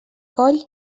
coll